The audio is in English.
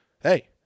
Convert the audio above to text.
hey